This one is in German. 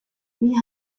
wie